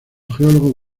geólogo